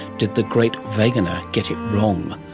did the great vegener get it wrong? um